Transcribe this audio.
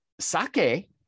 sake